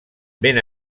ben